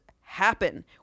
happen